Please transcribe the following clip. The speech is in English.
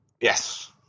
Yes